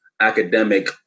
academic